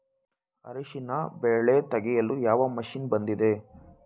ಅರಿಶಿನ ಬೆಳೆ ತೆಗೆಯಲು ಯಾವ ಮಷೀನ್ ಬಂದಿದೆ?